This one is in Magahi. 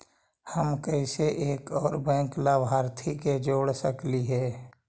हम कैसे एक और बैंक लाभार्थी के जोड़ सकली हे?